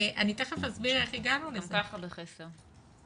אנחנו גם ככה בחסר.